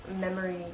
memory